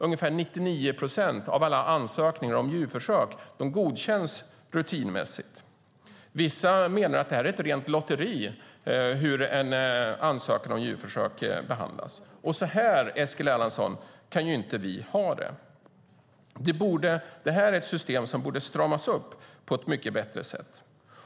Ungefär 99 procent av alla ansökningar om djurförsök godkänns rutinmässigt. Vissa menar att det är ett rent lotteri beträffande hur en ansökan om djurförsök behandlas. Så kan vi inte ha det, Eskil Erlandsson. Systemet borde stramas upp på ett mycket bättre sätt.